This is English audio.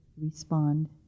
respond